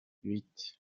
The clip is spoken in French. huit